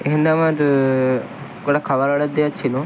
এখানে তো আমার কটা খাবার অর্ডার দেওয়ার ছিলো